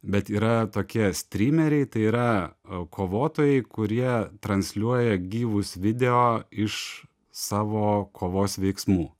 bet yra tokie strymeriai tai yra kovotojai kurie transliuoja gyvus video iš savo kovos veiksmų